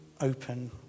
open